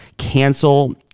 cancel